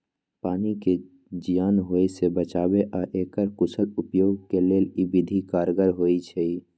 पानी के जीयान होय से बचाबे आऽ एकर कुशल उपयोग के लेल इ विधि कारगर होइ छइ